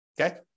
Okay